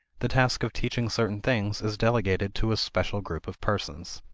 the task of teaching certain things is delegated to a special group of persons.